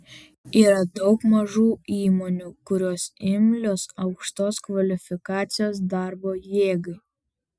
yra daug mažų įmonių kurios imlios aukštos kvalifikacijos darbo jėgai